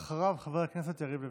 אחריו, חבר הכנסת יריב לוין.